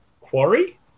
quarry